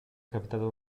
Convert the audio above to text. capitata